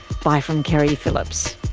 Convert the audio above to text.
bye from keri phillips